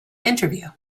interview